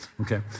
okay